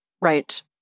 Right